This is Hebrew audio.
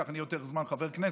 ככה אני אהיה יותר זמן חבר כנסת.